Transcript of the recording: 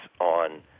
on